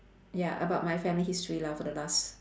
ya about my family history lah for the last